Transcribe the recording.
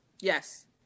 Yes